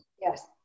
Yes